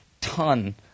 ton